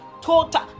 total